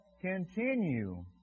Continue